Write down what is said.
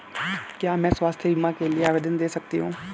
क्या मैं स्वास्थ्य बीमा के लिए आवेदन दे सकती हूँ?